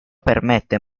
permette